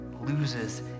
loses